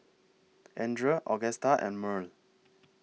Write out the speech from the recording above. Andrea Agusta and Murl